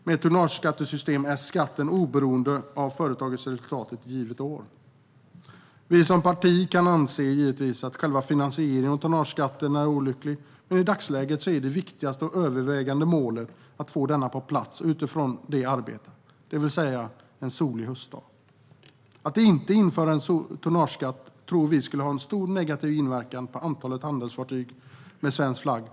Med ett tonnageskattesystem är skatten oberoende av företagets resultat ett givet år. Vi som parti kan givetvis anse att själva finansieringen av tonnageskatten är olycklig, men i dagsläget är det viktigaste och det övervägande målet att få detta på plats och att arbeta utifrån det - det vill säga en solig höstdag. Att inte införa en tonnageskatt tror vi skulle ha en stor negativ inverkan på antalet handelsfartyg med svensk flagg.